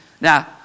Now